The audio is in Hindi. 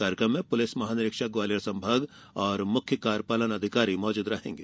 कार्यक्रम में पुलिस महानिरीक्षक ग्वालियर संभाग और मुख्य कार्यपालन अधिकारी मौजूद रहेंगे